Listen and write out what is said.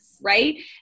right